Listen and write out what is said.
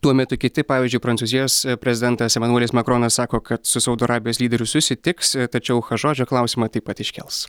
tuo metu kiti pavyzdžiui prancūzijos prezidentas emanuelis makronas sako kad su saudo arabijos lyderiu susitiks tačiau chašodžio klausimą taip pat iškels